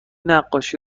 نقاشی